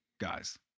guys